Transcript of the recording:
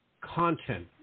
content